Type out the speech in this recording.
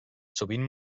sovint